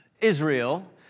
Israel